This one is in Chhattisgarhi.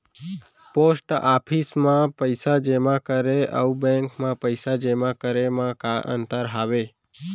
पोस्ट ऑफिस मा पइसा जेमा करे अऊ बैंक मा पइसा जेमा करे मा का अंतर हावे